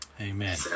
Amen